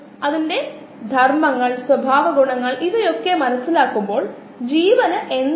ഇത് ഇപ്പോൾ 3 ശതമാനം 4 ശതമാനമെങ്കിലും ആഗോളതാപനത്തിലും മറ്റും ഉൾക്കൊള്ളുന്നുണ്ടെങ്കിലും പ്രകാശസംശ്ലേഷണ ജീവികൾക്ക് കാർബണിന്റെ ഉറവിടം ഇതാണ്